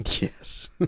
Yes